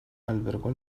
albergó